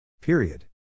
Period